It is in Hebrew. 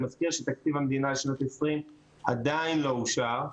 אני מזכיר שתקציב המדינה לשנת 2020 עדיין לא אושר,